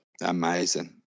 Amazing